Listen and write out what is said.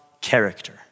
character